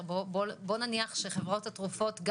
נניח שחברות התרופות,